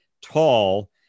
tall